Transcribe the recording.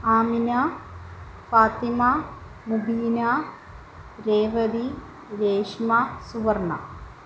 Amina Fathima Mubeena Revathi Reshma Suvarna